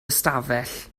ystafell